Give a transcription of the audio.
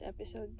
episode